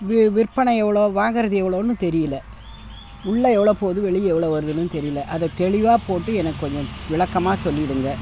we விற்பனை எவ்வளோ வாங்குறது எவ்வளோன்னு தெரியலை உள்ளே எவ்வளோ போகுது வெளியே எவ்வளோ வருதுனும் தெரியலை அதை தெளிவாக போட்டு எனக்கு கொஞ்சம் விளக்கமாக சொல்லிவிடுங்க